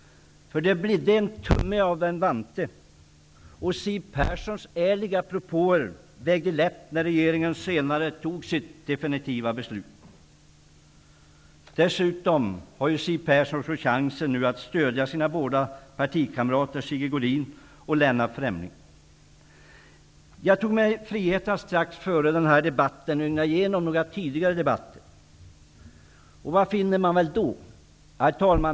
''Det bidde en tumme av en vante.'' Siw Perssons ärliga propåer vägde lätt när regeringen senare fattade sitt definitiva beslut. Nu har Siw Persson chansen att stödja sina båda partikamrater Sigge Godin och Jag tog mig friheten att strax före denna debatt ögna igenom några tidigare debatter. Vad fann jag då? Herr talman!